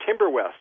Timberwest